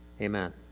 Amen